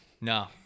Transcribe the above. No